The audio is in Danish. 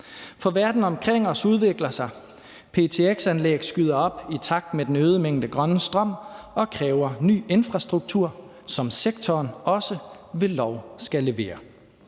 på. Verden omkring os udvikler sig. Ptx-anlæg skyder op i takt med den øgede mængde grønne strøm og kræver ny infrastruktur, som sektoren også ved lov skal levere.